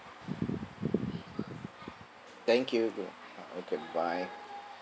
thank you okay bye bye